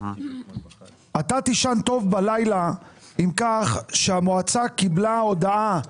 אתה תישן טוב בלילה עם כך שהמועצה קיבלה הודעה חריגה.